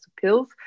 pills